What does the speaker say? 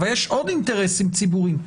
אבל יש עוד אינטרסים ציבוריים,